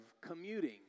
commuting